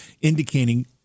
indicating